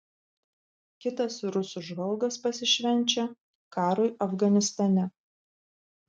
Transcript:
kitas rusų žvalgas pasišvenčia karui afganistane